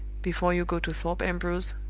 before you go to thorpe ambrose,